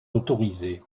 autorisée